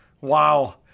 Wow